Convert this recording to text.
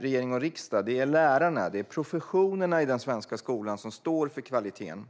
regering och riksdag, utan det är lärarna, professionen i den svenska skolan, som står för kvaliteten.